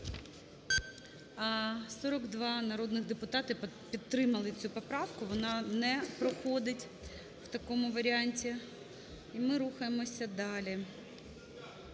42 народних депутати підтримали цю поправку, вона не проходить в такому варіанті. І ми рухаємося далі.